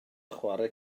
chwarae